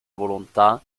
volontà